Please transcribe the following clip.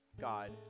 God